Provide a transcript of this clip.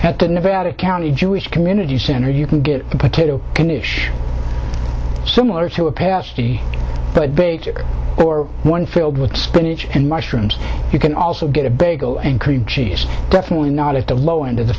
the nevada county jewish community center you can get a potato can issue similar to a pasty but baker or one filled with spinach and mushrooms you can also get a bagel and cream cheese definitely not at the low end of the